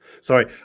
Sorry